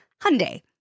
Hyundai